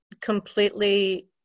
completely